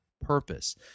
purpose